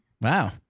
Wow